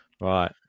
Right